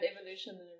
evolution